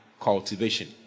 cultivation